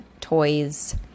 toys